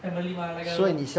family mah like err